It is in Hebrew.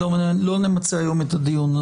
לא נמצה היום את הדיון.